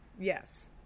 Yes